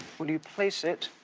would you place it